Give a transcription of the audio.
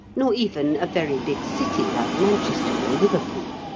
nor even a very big city like manchester or liverpool.